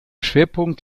schwerpunkt